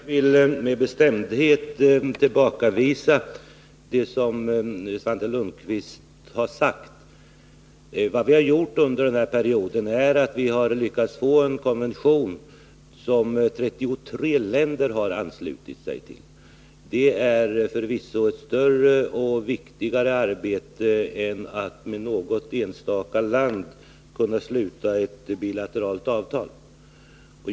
Herr talman! Jag vill med bestämdhet tillbakavisa vad Svante Lundkvist sade. Under den här perioden har vi lyckats få till stånd en konvention, som 33 länder anslutit sig till. Detta är förvisso en större och viktigare sak än att med något enstaka land sluta ett bilateralt avtal.